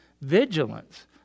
Vigilance